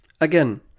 Again